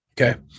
Okay